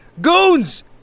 Goons